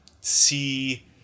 see